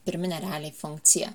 pirminė realiai funkcija